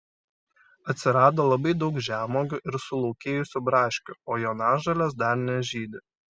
atsirado labai daug žemuogių ir sulaukėjusių braškių o jonažolės dar nežydi